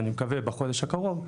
אני מקווה בחודש הקרוב,